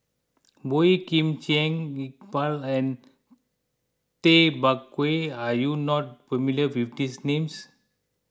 Boey Kim Cheng Iqbal and Tay Bak Koi are you not familiar with these names